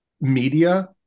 media